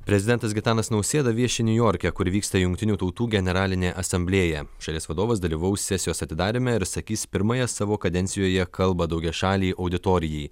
prezidentas gitanas nausėda vieši niujorke kur vyksta jungtinių tautų generalinė asamblėja šalies vadovas dalyvaus sesijos atidaryme ir sakys pirmąją savo kadencijoje kalbą daugiašalei auditorijai